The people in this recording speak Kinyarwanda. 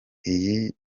iyi